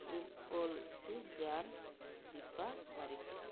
Rupashree Deepa Barik